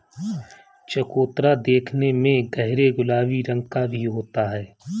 चकोतरा देखने में गहरे गुलाबी रंग का भी होता है